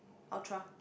ultra